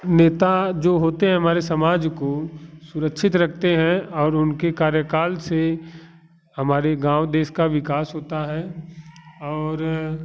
नेता जो होते हैं हमारे समाज को सुरक्षित रखते हैं और उनके कार्यकाल से हमारे गाँव देश का विकास होता है और